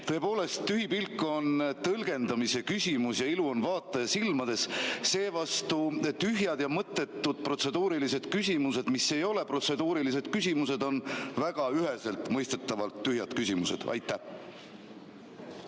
Tõepoolest, tühi pilk on tõlgendamise küsimus ja ilu on vaataja silmades. Seevastu tühjad ja mõttetud protseduurilised küsimused, mis ei ole protseduurilised küsimused, on väga üheselt mõistetavalt tühjad küsimused. Suur